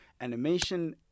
animation